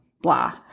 blah